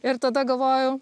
ir tada galvoju